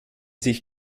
sich